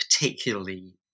particularly